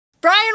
Brian